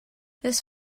this